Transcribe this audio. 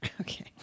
Okay